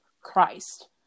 Christ